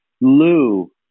Lou